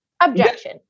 objection